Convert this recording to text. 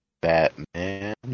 batman